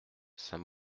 saint